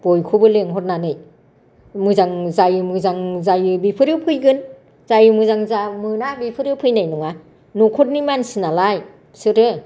बयखौबो लेंहरनानै मोजां जायो मोजां जायो बेफोरनो फैगोन जाय मोजां मोना बेफोरो फैनाय नङा न'खरनि मानसि नालाय बिसोरो